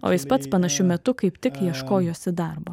o jis pats panašiu metu kaip tik ieškojosi darbo